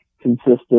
consistent